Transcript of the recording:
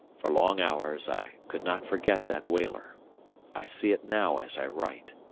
for long hours i could not forget that whaler i see it now as i write.